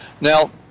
Now